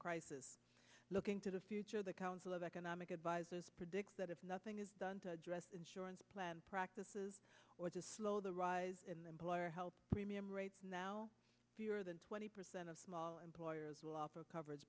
crisis looking to the future the council of economic advisors predicts that if nothing is done to address insurance plan practices or to slow the rise in the employer health premium rate fewer than twenty percent of small employers will offer coverage